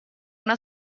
una